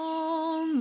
on